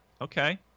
okay